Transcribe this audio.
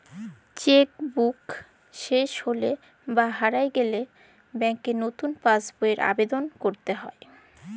cheque book শেস হৈলে বা হারায় গেলে ব্যাংকে লতুন পাস বইয়ের আবেদল কইরতে হ্যয়